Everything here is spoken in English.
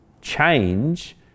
Change